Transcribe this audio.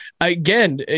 again